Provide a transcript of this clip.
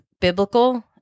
biblical